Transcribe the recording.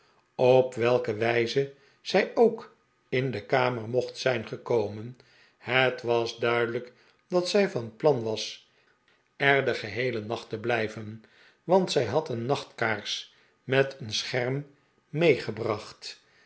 op welke wijze zij ook in de kamer mocht zijn gekomen het was duidelijk dat zij van plan was er den geheelen nacht te blijven want zij had een nachtkaars met een scherm meegebracht